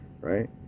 right